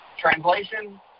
Translation